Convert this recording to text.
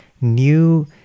new